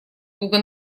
туго